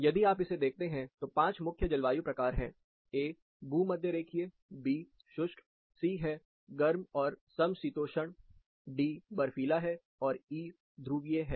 यदि आप इसे देखते हैं तो 5 मुख्य जलवायु प्रकार हैं A भूमध्यरेखीय B शुष्क C है गर्म और समशीतोष्ण D बर्फीला है और E ध्रुवीय है